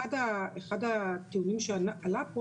אחד הטיעונים שעלו פה,